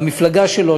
במפלגה שלו,